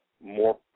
More